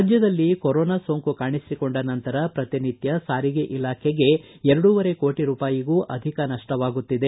ರಾಜ್ವದಲ್ಲಿ ಕೊರೋನಾ ಸೋಂಕು ಕಾಣಿಸಿಕೊಂಡ ನಂತರ ಪ್ರತಿನಿತ್ಯ ಸಾರಿಗೆ ಇಲಾಖೆಗೆ ಎರಡೂವರೆ ಕೋಟಿ ರೂಪಾಯಿಗೂ ಅಧಿಕ ನಷ್ಷವಾಗುತ್ತಿದೆ